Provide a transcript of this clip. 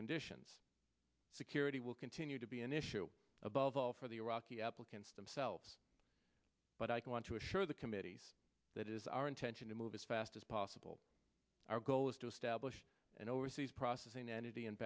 conditions security will continue to be an issue above all for the iraqi applicants themselves but i can want to assure the committees that is our intention to move as fast as possible our goal is to establish an overseas processing entity in